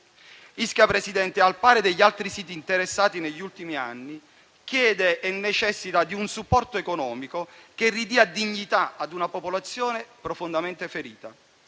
Ischia, Presidente, al pari degli altri siti interessati, negli ultimi anni chiede e necessita di un supporto economico che ridia dignità a una popolazione profondamente ferita.